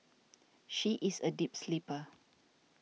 she is a deep sleeper